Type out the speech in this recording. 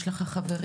יש לך חברים,